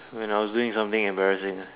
when I was doing something embarrassing